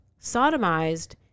sodomized